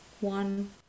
One